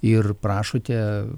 ir prašote